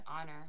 honor